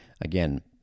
Again